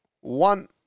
one